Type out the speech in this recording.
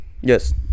Yes